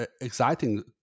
exciting